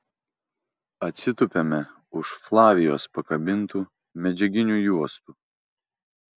atsitupiame už flavijos pakabintų medžiaginių juostų